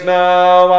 now